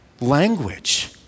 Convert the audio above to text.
language